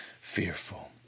fearful